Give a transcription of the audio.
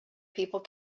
people